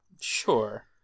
Sure